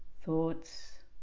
Thoughts